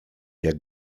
jak